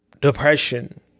depression